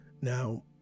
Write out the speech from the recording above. Now